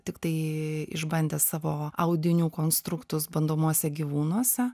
tiktai išbandę savo audinių konstruktus bandomuose gyvūnuose